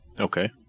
okay